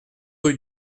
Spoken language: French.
rue